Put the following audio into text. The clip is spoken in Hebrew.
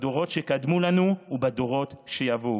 בדורות שקדמו לנו ובדורות שיבואו".